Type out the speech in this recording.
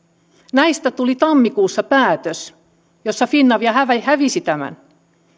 näistä tuli tammikuussa päätös jossa finavia hävisi hävisi tämän